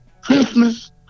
Christmas